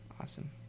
awesome